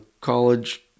College